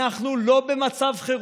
אנחנו לא במצב חירום,